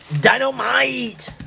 Dynamite